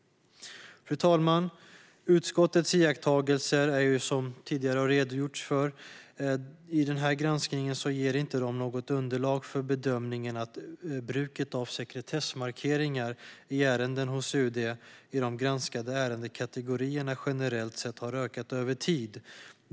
Fru talman! Utskottets iakttagelser ger, som det tidigare har redogjorts för, i den här granskningen inte underlag för bedömningen att bruket av sekretessmarkeringar i ärenden hos UD i de granskade ärendekategorierna generellt sett har ökat över tid.